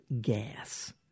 gas